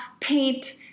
paint